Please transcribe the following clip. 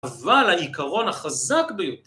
אבל העיקרון החזק ביותר